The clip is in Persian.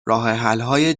راهحلهای